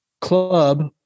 club